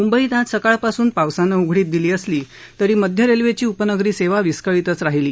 मुंबईत आज सकाळपासून पावसानं उघडीप दिली असली तरी मध्य रेल्वेची उपनगरी सेवा विस्कळीतच राहिली